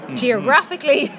geographically